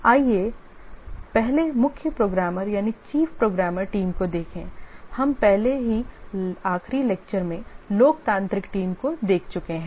आइए पहले मुख्य प्रोग्रामर टीम को देखें हम पहले ही आखिरी व्याख्यान में लोकतांत्रिक टीम को देख चुके थे